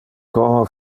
como